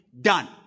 done